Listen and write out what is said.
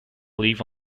live